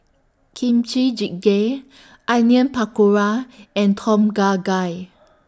Kimchi Jjigae Onion Pakora and Tom Kha Gai